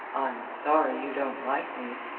i'm sorry you don't like me.